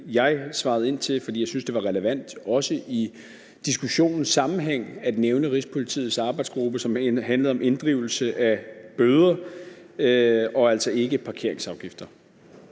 jeg gjorde, fordi jeg syntes, det var relevant, også i diskussionens sammenhæng, at nævne Rigspolitiets arbejdsgruppe, som handlede om inddrivelse af bøder og altså ikke parkeringsafgifter.